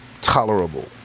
tolerable